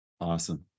Awesome